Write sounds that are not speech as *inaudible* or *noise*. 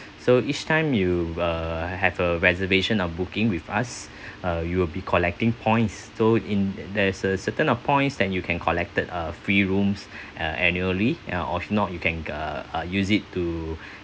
so each time you uh have a reservation of booking with us *breath* uh you will be collecting points so in there is a certain of points that you can collected uh free rooms uh annually or or not you can uh uh use it to